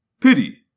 pity